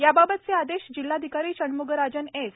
याबाबतचे आदेश जिल्हाधिकारी षण्म्गराजन एस